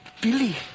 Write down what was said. Billy